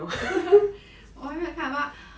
我还没有看